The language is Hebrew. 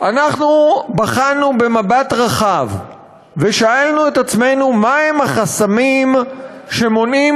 אנחנו בחנו במבט רחב ושאלנו את עצמנו מה הם החסמים שמונעים